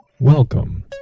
Welcome